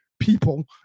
people